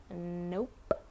Nope